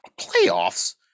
playoffs